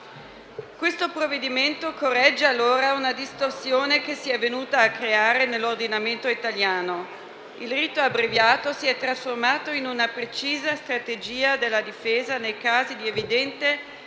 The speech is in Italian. Il provvedimento corregge una distorsione che si è venuta a creare nell'ordinamento italiano: il rito abbreviato si è trasformato in una precisa strategia della difesa nei casi di evidente